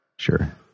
Sure